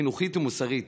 חינוכית ומוסרית.